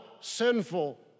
sinful